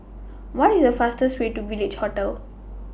What IS The fastest Way to Village Hotel